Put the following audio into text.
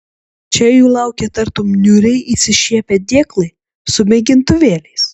čia jų laukė tartum niūriai išsišiepę dėklai su mėgintuvėliais